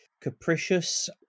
capricious